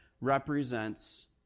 represents